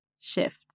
shift